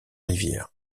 rivières